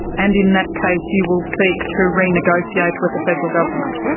and in that case you will seek to renegotiate with the federal government?